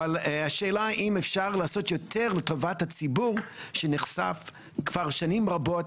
אבל השאלה אם אפשר לעשות יותר לטובת הציבור שנחשף כבר שנים רבות